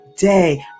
day